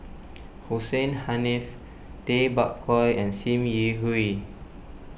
Hussein Haniff Tay Bak Koi and Sim Yi Hui